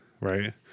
right